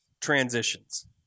transitions